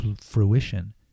fruition